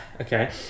Okay